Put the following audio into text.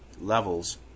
levels